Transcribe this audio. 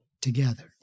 together